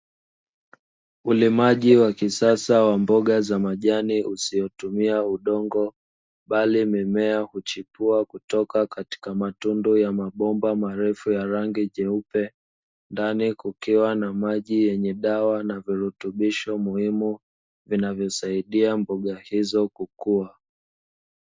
Ulimaji wa kisasa wa mboga za majani usiotumia udongo, bali mimea huchipua kutoka katika matundu ya mabomba marefu ya rangi nyeupe, ndani kukiwa na maji yenye dawa na virutubisho muhimu; vinavyo saidia mboga hizo kukua.